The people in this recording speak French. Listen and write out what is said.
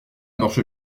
marche